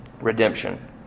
Redemption